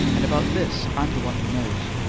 and about this i'm the one who knows.